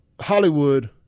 Hollywood